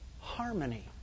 harmony